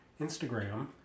Instagram